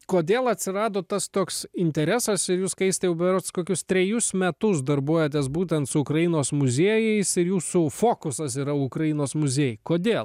kodėl atsirado tas toks interesas ir jūs skaisti berods kokius trejus metus darbuojatės būtent su ukrainos muziejais ir jūsų fokusas yra ukrainos muziejai kodėl